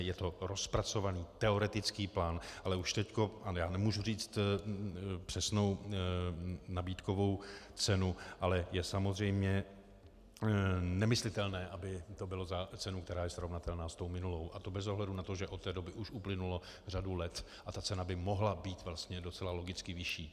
Je to rozpracovaný teoretický plán, ale už teď já nemůžu říci přesnou nabídkovou cenu, ale je samozřejmě nemyslitelné, aby to bylo za cenu, která je srovnatelná s tou minulou, a to bez ohledu na to, že od té doby už uplynula řada let a ta cena by mohla být vlastně docela logicky vyšší.